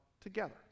together